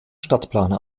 stadtplaner